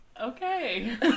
Okay